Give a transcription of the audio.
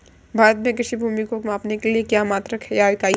भारत में कृषि भूमि को मापने के लिए मात्रक या इकाई क्या है?